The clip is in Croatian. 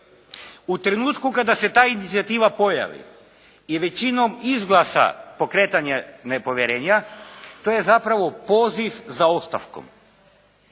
U trenutku kada se ta inicijativa pojavi i većinom izglasa pokretanje nepovjerenja, to je zapravo poziv za ostavkom,